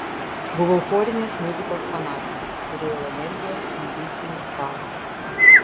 buvau chorinės muzikos fanatikas turėjau energijos ambicijų valios